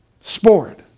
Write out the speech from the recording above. sport